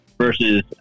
versus